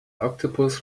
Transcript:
octopus